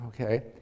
okay